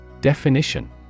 Definition